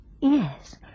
Yes